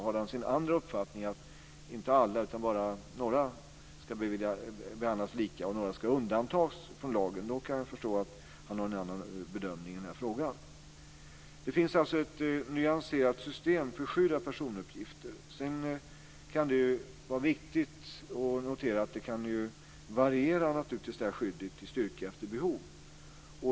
Har han sin andra uppfattning att inte alla utan bara några ska behandlas lika och några ska undantas från lagen kan jag förstå att han gör en annan bedömning i frågan. Det finns ett nyanserat system för skydd av personuppgifter. Det kan vara viktigt att notera att det skyddet kan variera i styrka efter behov.